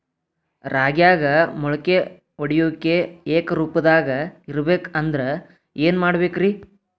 ರಾಗ್ಯಾಗ ಮೊಳಕೆ ಒಡೆಯುವಿಕೆ ಏಕರೂಪದಾಗ ಇರಬೇಕ ಅಂದ್ರ ಏನು ಮಾಡಬೇಕ್ರಿ?